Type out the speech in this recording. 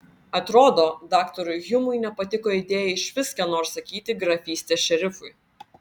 atrodo daktarui hjumui nepatiko idėja išvis ką nors sakyti grafystės šerifui